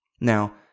Now